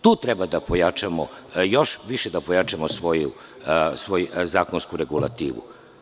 Tu treba da pojačamo još više svoju zakonsku regulativu.